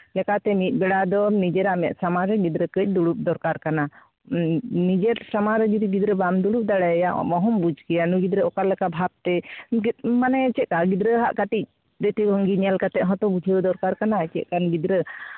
ᱞᱮᱠᱟᱛᱮ ᱢᱤᱫ ᱵᱮᱲᱟ ᱫᱚ ᱱᱤᱡᱮᱨᱟᱜ ᱢᱮᱫ ᱥᱟᱢᱟᱝᱨᱮ ᱜᱤᱫᱽᱨᱟᱹ ᱠᱟᱹᱡ ᱫᱩᱲᱩᱵ ᱫᱚᱨᱠᱟᱨ ᱠᱟᱱᱟ ᱱᱤᱡᱮᱨ ᱥᱟᱢᱟᱝ ᱨᱮ ᱡᱩᱫᱤ ᱜᱤᱫᱽᱨᱟᱹ ᱵᱟᱢ ᱫᱩᱲᱩᱵ ᱫᱟᱲᱮᱭᱟᱭᱟ ᱚᱦᱚᱢ ᱵᱩᱡᱽ ᱠᱮᱭᱟ ᱱᱩᱭ ᱜᱤᱫᱽᱨᱟᱹ ᱚᱠᱟ ᱞᱮᱠᱟ ᱵᱷᱟᱵᱽᱛᱮ ᱢᱟᱱᱮ ᱪᱮᱫᱠᱟ ᱜᱤᱫᱽᱨᱟᱹᱣᱟᱜ ᱠᱟᱹᱴᱤᱡ ᱫᱨᱤᱥᱴᱤ ᱵᱷᱚᱝᱜᱤ ᱧᱮᱞ ᱠᱟᱛᱮᱫ ᱦᱚᱸᱛᱚ ᱵᱩᱡᱷᱟᱹᱣ ᱫᱚᱨᱠᱟᱨ ᱠᱟᱱᱟ ᱪᱮᱫᱠᱟᱱ ᱜᱤᱫᱽᱨᱟᱹ